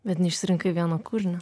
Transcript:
bet neišsirinkai vieno kūrinio